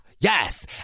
Yes